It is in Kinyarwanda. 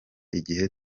igihe